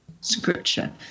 scripture